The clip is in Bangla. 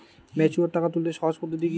ম্যাচিওর টাকা তুলতে সহজ পদ্ধতি কি?